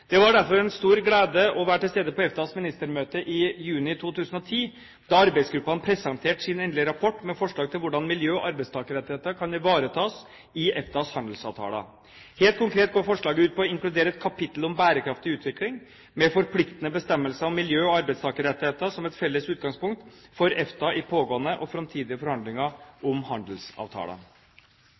Det var derfor en stor glede å være til stede på EFTAs ministermøte i juni 2010, da arbeidsgruppene presenterte sin endelige rapport med forslag til hvordan miljø og arbeidstakerrettigheter kan ivaretas i EFTAs handelsavtaler. Helt konkret går forslaget ut på å inkludere et kapittel om bærekraftig utvikling, med forpliktende bestemmelser om miljø og arbeidstakerrettigheter, som et felles utgangspunkt for EFTA i pågående og framtidige forhandlinger om